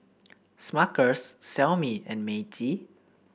Smuckers Xiaomi and Meiji